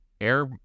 air